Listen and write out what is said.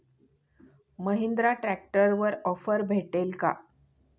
महिंद्रा ट्रॅक्टरवर ऑफर भेटेल का?